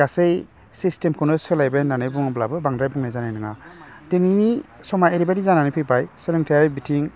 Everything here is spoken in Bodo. गासै सिस्टेमखौनो सोलायबाय होनानै बुङोब्लाबो बांद्राय बुंनाय जानाय नङा दिनैनि समा एरैबायदि जानानै फैबाय सोलोंथाइयारि बिथिं